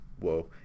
whoa